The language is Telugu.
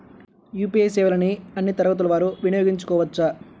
యూ.పీ.ఐ సేవలని అన్నీ తరగతుల వారు వినయోగించుకోవచ్చా?